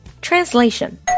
Translation